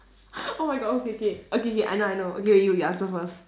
oh my god okay K okay K I know I know okay you you answer first